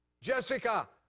Jessica